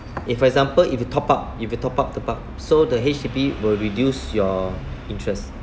if for example if you top up if you top up top up so the H_D_B will reduce your interest